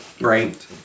Right